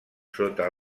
sota